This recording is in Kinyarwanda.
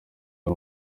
ari